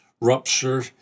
Rupture